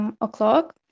o'clock